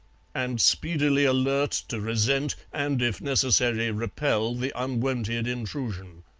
and speedily alert to resent and if necessary repel the unwonted intrusion.